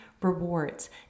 rewards